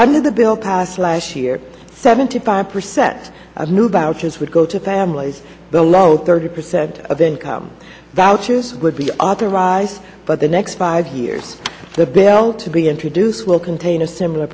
under the bill passed last year seventy five percent of new vouchers would go to families below thirty percent of income that would be authorized but the next five years the bill to be introduced will contain a similar